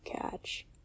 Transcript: catch